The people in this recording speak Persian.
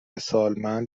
سالمند